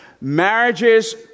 Marriages